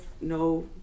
no